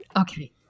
Okay